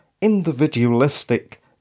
individualistic